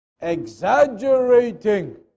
Exaggerating